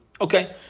Okay